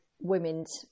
women's